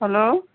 hello